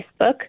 Facebook